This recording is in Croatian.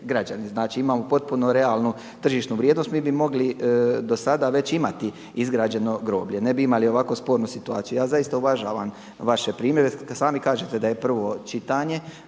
Znači imamo potpuno realnu tržišnu vrijednost. Mi bi mogli do sada već imati izgrađeno groblje, ne bi imali ovako spornu situaciju. Ja zaista uvažavam vaše primjedbe, sami kažete da je prvo čitanje.